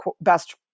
best